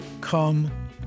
Come